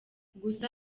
gusa